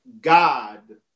God